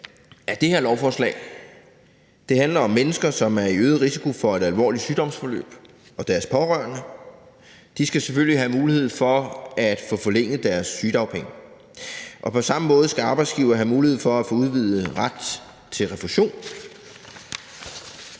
af det her lovforslag. Det handler om mennesker, som er i øget risiko for et alvorligt sygdomsforløb, og deres pårørende. De skal selvfølgelig have mulighed for at få forlænget deres sygedagpenge. Og på samme måde skal arbejdsgiver have mulighed for at få udvidet ret til refusion.